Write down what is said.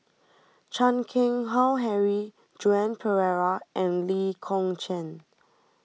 Chan Keng Howe Harry Joan Pereira and Lee Kong Chian